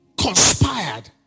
conspired